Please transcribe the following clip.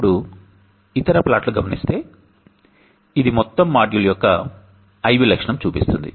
ఇప్పుడు ఇతర ప్లాట్లు గమనిస్తే ఇది మొత్తం మాడ్యూల్ యొక్క IV లక్షణం చూపిస్తుంది